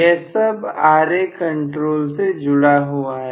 यह सब Ra control से जुड़ा हुआ है